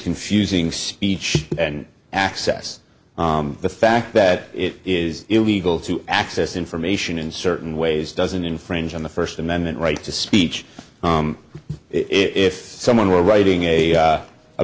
confusing speech and access the fact that it is illegal to access information in certain ways doesn't infringe on the first amendment right to speech if someone were writing a